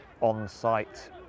on-site